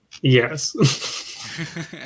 Yes